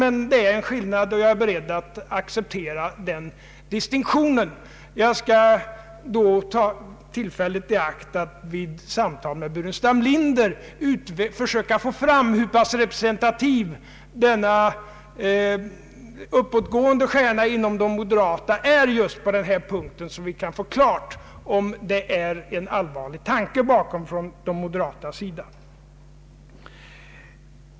Men det är en viss skillnad, och jag är beredd att acceptera den distinktionen. Jag skall ta tillfället i akt att vid samtal med herr Burenstam Linder försöka få fram hur pass representativ denna uppåtgående stjärna inom moderata samlingspartiet är just på denna punkt, så att vi kan få klart för oss om det ligger en allvarlig tanke bakom detta från moderaternas sida.